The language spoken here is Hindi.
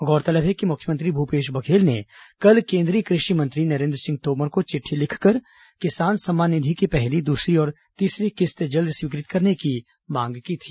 गौरतलब है कि मुख्यमंत्री भूपेश बघेल ने कल केंद्रीय कृषि मंत्री नरेन्द्र सिंह तोमर को चिट्ठी लिखकर किसान सम्मान निधि की पहली दूसरी और तीसरी किस्त जल्द स्वीकृत करने की मांग की थी